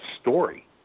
story